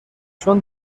چون